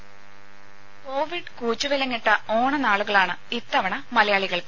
voice ദേദ Covid കൂച്ചുവിലങ്ങിട്ട ഓണനാളുകളാണ് ഇത്തവണ മലയാളികൾക്ക്